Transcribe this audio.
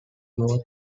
both